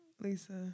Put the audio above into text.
Lisa